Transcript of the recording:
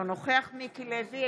אינו נוכח מיקי לוי,